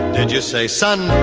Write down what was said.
and you say son?